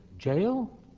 Jail